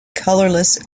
colorless